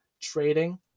trading